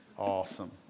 Awesome